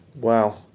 Wow